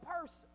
person